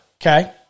okay